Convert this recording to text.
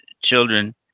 children